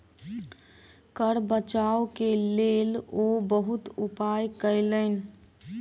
कर बचाव के लेल ओ बहुत उपाय कयलैन